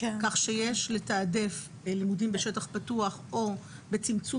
כך שיש לתעדף לימודים בשטח פתוח או בצמצום